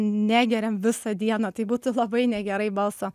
negeriam visą dieną tai būtų labai negerai balso